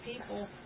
people